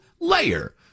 layer